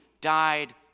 died